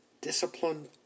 discipline